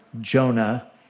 Jonah